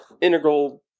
integral